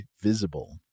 Visible